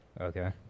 Okay